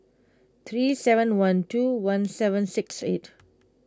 three seven one two one seven six eight